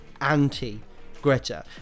anti-Greta